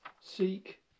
Seek